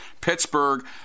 Pittsburgh